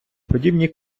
подібні